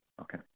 Okay